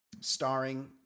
starring